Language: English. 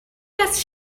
does